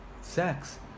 sex